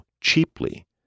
cheaply